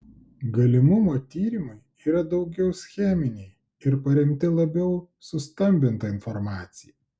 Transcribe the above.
galimumo tyrimai yra daugiau scheminiai ir paremti labiau sustambinta informacija